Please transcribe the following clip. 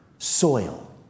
soil